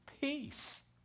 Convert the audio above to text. peace